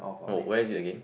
no where's it again